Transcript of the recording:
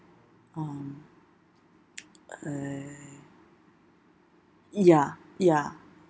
um uh ya ya